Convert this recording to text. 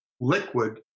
liquid